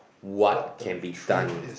what can be done